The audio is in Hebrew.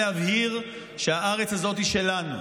להבהיר שהארץ הזאת היא שלנו,